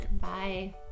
bye